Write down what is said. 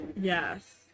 Yes